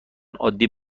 عادی